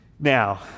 now